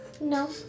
No